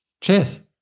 cheers